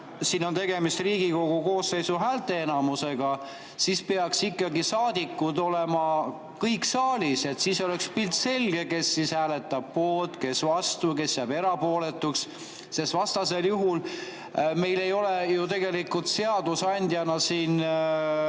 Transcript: siin on [vajalik] Riigikogu koosseisu häälteenamus, siis peaks ikkagi saadikud olema kõik saalis? Siis oleks pilt selge, kes hääletab poolt, kes vastu, kes jääb erapooletuks. Vastasel juhul meil ei ole ju tegelikult seadusandjana siin